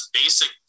basic